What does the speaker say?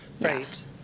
Right